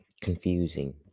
confusing